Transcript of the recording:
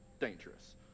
dangerous